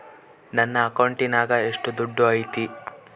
ನನ್ನ ಅಕೌಂಟಿನಾಗ ಎಷ್ಟು ದುಡ್ಡು ಐತಿ?